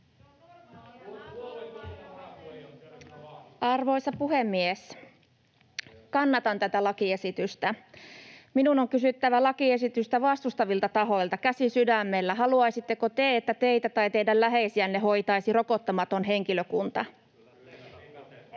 Arvoisa puhemies! Kannatan tätä lakiesitystä. Minun on kysyttävä lakiesitystä vastustavilta tahoilta: Käsi sydämellä, haluaisitteko te, että teitä tai teidän läheisiänne hoitaisi rokottamaton henkilökunta?